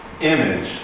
image